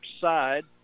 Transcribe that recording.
side